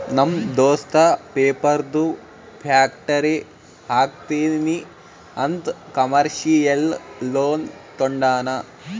ನಮ್ ದೋಸ್ತ ಪೇಪರ್ದು ಫ್ಯಾಕ್ಟರಿ ಹಾಕ್ತೀನಿ ಅಂತ್ ಕಮರ್ಶಿಯಲ್ ಲೋನ್ ತೊಂಡಾನ